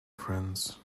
friends